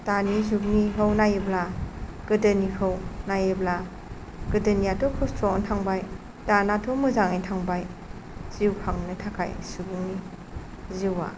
दानि जुगनिखौ नायोब्ला गोदोनिखौ नायोब्ला गोदोनियाथ' खस्थ'आवनो थांबाय दानाथ' मोजाङैनो थांबाय जिउ खांनो थाखाय सुबुंनि जिउआ